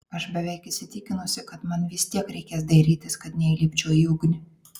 aš beveik įsitikinusi kad man vis tiek reikės dairytis kad neįlipčiau į ugnį